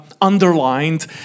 underlined